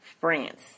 France